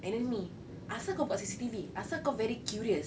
and then me asal kau buka C_C_T_V asal kau very curious